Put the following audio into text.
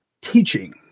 Teaching